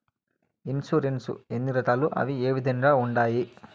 insurance ఎన్ని రకాలు అవి ఏ విధంగా ఉండాయి